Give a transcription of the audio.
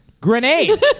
Grenade